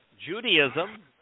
Judaism